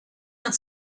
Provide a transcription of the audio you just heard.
are